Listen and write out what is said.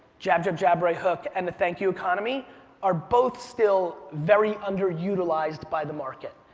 jab, jab, jab, right hook and the thank you economy are both still very underutilized by the market.